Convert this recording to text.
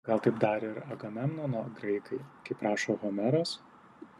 gal taip darė ir agamemnono graikai kaip rašo homeras